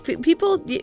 people